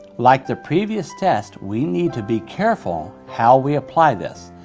like the previous test, we need to be careful how we apply this.